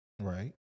right